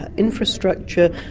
and infrastructure,